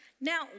Now